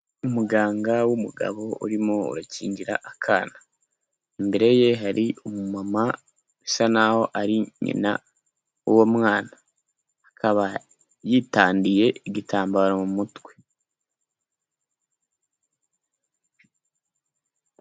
Umuganga w'umugabo urimo urakingira akana, imbere ye hari umumama bisa naho ari nyina w'uwo mwana, akaba yitandiye igitambaro mu mutwe.